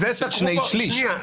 שני שלישים,